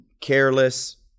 careless